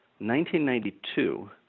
1992